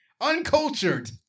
Uncultured